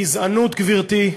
גזענות, גברתי,